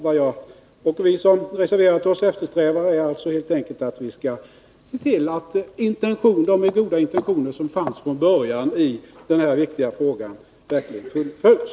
Vad jag och vi som har reserverat oss eftersträvar är helt enkelt att vi skall se till att de goda intentioner som fanns från början i den här viktiga frågan verkligen fullföljs.